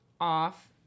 off